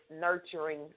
nurturing